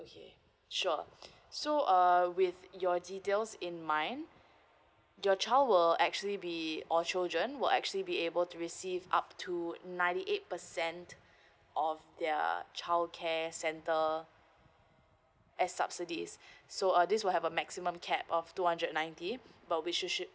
okay sure so uh with your details in mine your child will actually be or children will actually be able to receive up to ninety eight percent off their childcare center as subsidies so uh this will have a maximum capped of two hundred ninety but which you should